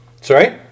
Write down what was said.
Sorry